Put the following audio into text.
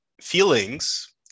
feelings